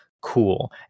cool